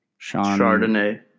Chardonnay